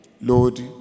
Lord